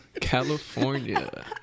California